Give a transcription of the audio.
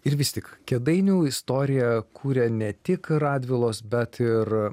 ir vis tik kėdainių istoriją kuria ne tik radvilos bet ir